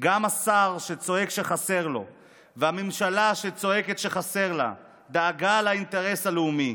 גם השר שצועק שחסר לו והממשלה שצועקת שחסר לה דאגה לאינטרס הלאומי,